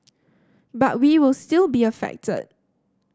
but we will still be affected